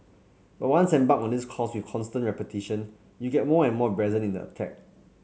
but once embarked on this course with constant repetition you get more and more brazen in the attack